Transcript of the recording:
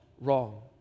wrong